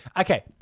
Okay